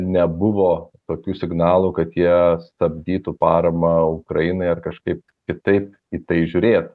nebuvo tokių signalų kad jie stabdytų paramą ukrainai ar kažkaip kitaip į tai žiūrėtų